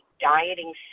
dieting